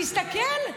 תסתכל.